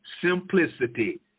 simplicity